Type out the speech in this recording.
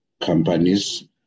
companies